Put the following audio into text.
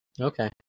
Okay